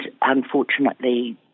unfortunately